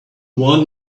want